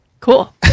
Cool